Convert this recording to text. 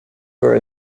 were